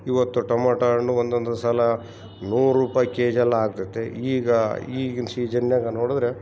ಇವತ್ತು ಟಮೊಟ ಹಣ್ಣು ಒಂದೊಂದು ಸಲ ನೂರು ರೂಪಾಯ್ ಕೆಜಿ ಎಲ್ಲ ಆಗ್ತತೆ ಈಗ ಈಗಿನ ಸೀಜನ್ನ್ಯಾಗ ನೋಡಿದ್ರೆ